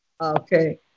Okay